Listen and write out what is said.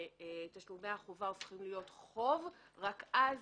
שתשלומי החובה הופכים להיות חוב, רק אז